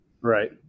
right